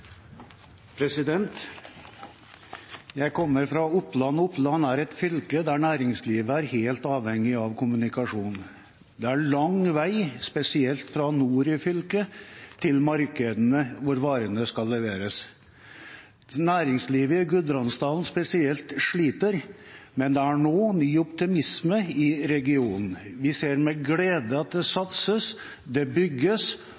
et fylke der næringslivet er helt avhengig av kommunikasjon. Det er lang vei spesielt fra nord i fylket til markedene hvor varene skal leveres. Spesielt næringslivet i Gudbrandsdalen sliter, men det er nå ny optimisme i regionen. Vi ser med glede at det satses, og at det bygges.